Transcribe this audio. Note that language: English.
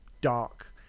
dark